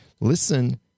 Listen